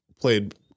played